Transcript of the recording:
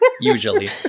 Usually